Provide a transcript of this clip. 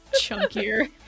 Chunkier